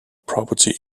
property